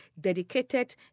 dedicated